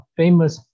famous